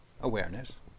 awareness